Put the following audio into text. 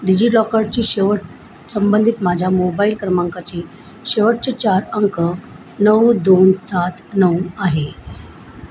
डिजिटलॉकरची शेवट संबंधित माझ्या मोबाईल क्रमांकाची शेवटचे चार अंक नऊ दोन सात नऊ आहे